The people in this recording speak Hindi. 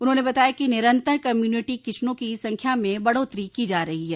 उन्होंने बताया कि निरन्तर कम्युनिटी किचनों की संख्या में बढ़ोत्तरी की जा रही है